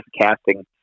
casting